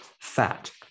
fat